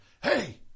Hey